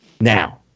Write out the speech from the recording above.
Now